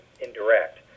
indirect